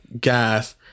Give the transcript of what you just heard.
gas